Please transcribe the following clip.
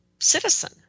citizen